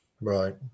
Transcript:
Right